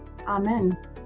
Amen